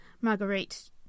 Marguerite